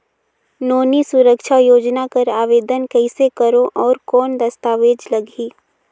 नोनी सुरक्षा योजना कर आवेदन कइसे करो? और कौन दस्तावेज लगही?